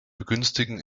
begünstigen